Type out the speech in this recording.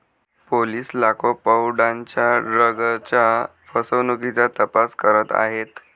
police लाखो पौंडांच्या ड्रग्जच्या फसवणुकीचा तपास करत आहेत